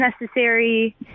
necessary